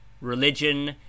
Religion